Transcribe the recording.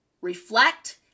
reflect